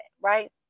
Right